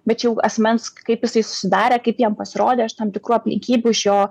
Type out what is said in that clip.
bet čia jau asmens kaip jisai susidarė kaip jam pasirodė iš tam tikrų aplinkybių iš jo